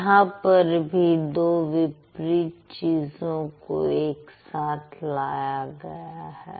यहां पर भी दो विपरीत चीजों को एक साथ लाया गया है